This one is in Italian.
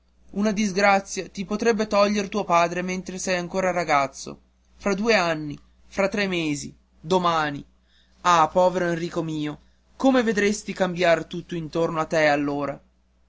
una disgrazia ti potrebbe toglier tuo padre mentre sei ancora ragazzo fra due anni fra tre mesi domani ah povero enrico mio come vedresti cambiar tutto intorno a te allora